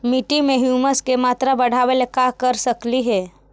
मिट्टी में ह्यूमस के मात्रा बढ़ावे ला का कर सकली हे?